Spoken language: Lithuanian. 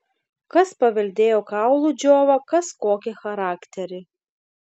kas paveldėjo kaulų džiovą kas kokį charakterį